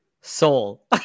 Soul